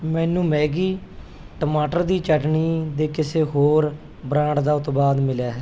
ਮੈਨੂੰ ਮੈਗੀ ਟਮਾਟਰ ਦੀ ਚਟਨੀ ਦੇ ਕਿਸੇ ਹੋਰ ਬ੍ਰਾਂਡ ਦਾ ਉਤਪਾਦ ਮਿਲਿਆ ਹੈ